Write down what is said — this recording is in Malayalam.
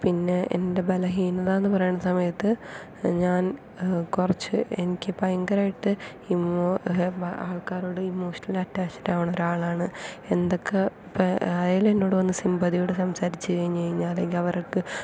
പിന്നെ എൻ്റെ ബലഹീനത എന്ന് പറയുന്ന സമയത്ത് ഞാൻ കുറച്ച് എനിക്ക് ഭയങ്കരമായിട്ട് ഇമോ ആൾക്കാരോട് ഇമോഷണൽ അറ്റാച്ഡ് ആകുന്ന ഒരാളാണ് എന്തൊക്കെ ആയാലും എന്നോട് സിംപതിയോടെ സംസാരിച്ച് കഴിഞ്ഞു കഴിഞ്ഞാൽ അല്ലെങ്കിൽ അവർക്ക്